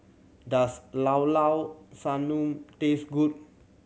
does Llao Llao Sanum taste good